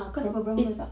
berapa berapa kau letak